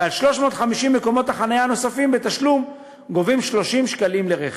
ועל 350 מקומות החניה הנוספים בתשלום גובים 30 שקלים לרכב.